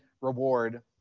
reward